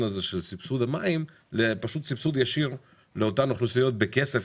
הזה של סבסוד המים לסבסוד ישיר לאותן אוכלוסיות בכסף.